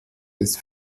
des